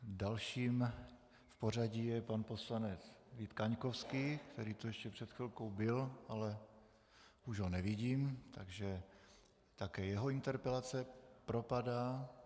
Dalším v pořadí je pan poslanec Vít Kaňkovský, který tu ještě před chvilkou byl, ale už ho nevidím, takže také jeho interpelace propadá.